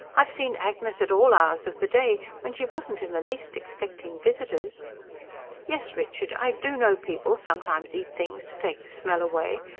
i've seen agnes at all hours of the day. when she wasn't in the least expecting visitors yes, richard, i do know people sometimes eat things to take the smell away.